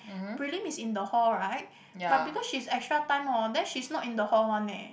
prelim is in the hall right but because she's extra time orh then she's not in the hall one leh